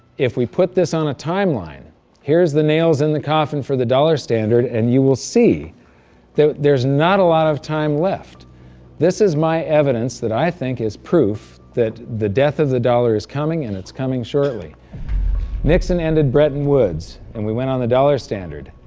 if we put this on a timeline here's the nails in the coffin for the dollar standard and you will see that there's not a lot of time left this is my evidence that i think is proof that the death of the dollar is coming, and it's coming shortly nixon ended bretton woods and we went on the dollar standard.